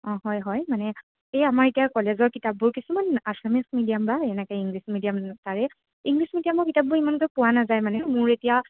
অঁ হয় হয় মানে এই আমাৰ এতিয়া কলেজৰ কিতাপবোৰ কিছুমান আচামিচ মিডিয়াম বা এনেকৈ ইংলিছ মিডিয়াম তাৰে ইংলিছ মিডিয়ামৰ কিতাপবোৰ ইমানকৈ পোৱা নাযায় মানে মোৰ এতিয়া